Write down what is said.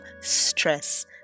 stress